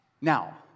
Now